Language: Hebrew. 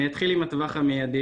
אני אתחיל עם הטווח המידי.